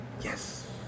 Yes